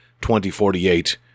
2048